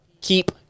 keep